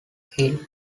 hill